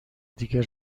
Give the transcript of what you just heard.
دیگه